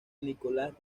nicolás